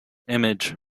image